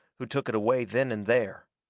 who took it away then and there.